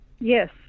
Yes